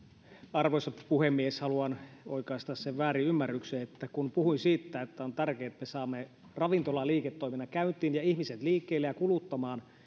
arvoisa puhemies haluan oikaista sen väärinymmärryksen että kun puhuin siitä että on tärkeää että me saamme ravintolaliiketoiminnan käyntiin ja ihmiset liikkeelle ja kuluttamaan